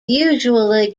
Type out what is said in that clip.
usually